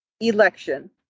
election